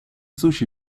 sushi